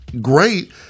great